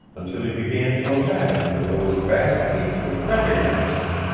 until he began to imagine that those vast features recognized him,